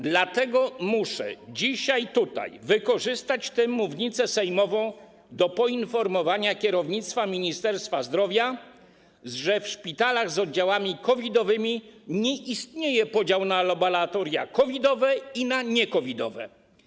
Dlatego muszę dzisiaj tutaj wykorzystać tę mównicę sejmową do poinformowania kierownictwa Ministerstwa Zdrowia, że w szpitalach z oddziałami COVID-owymi nie istnieje podział na laboratoria COVID-owe i na nie-COVID-owe.